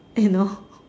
you know